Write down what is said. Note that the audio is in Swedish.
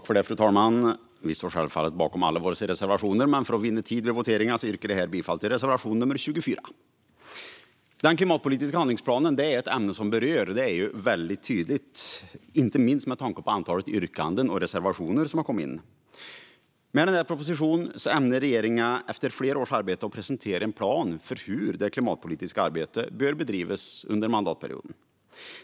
Fru talman! Vi står självfallet bakom alla våra reservationer, men för att vinna tid vid voteringen yrkar jag bifall endast till reservation nr 24. Den klimatpolitiska handlingsplanen är ett ämne som berör. Det är väldigt tydligt, inte minst med tanke på antalet yrkanden och reservationer i betänkandet. Med den här propositionen ämnar regeringen, efter flera års arbete, presentera en plan för hur det klimatpolitiska arbetet bör bedrivas under mandatperioden.